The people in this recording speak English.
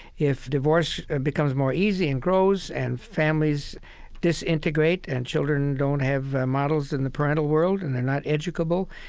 if divorce becomes more easy and grows and families disintegrate and children don't have models in the parental world and they're not educable,